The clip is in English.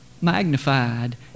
magnified